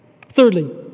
Thirdly